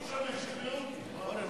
לא משנה, שכנעו אותי.